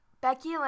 Becky